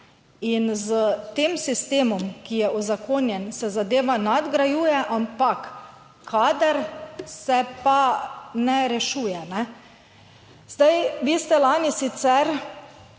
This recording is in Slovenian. In s tem sistemom, ki je uzakonjen, se zadeva nadgrajuje, ampak kader se pa ne rešuje. Vi ste lani sicer